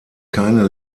keine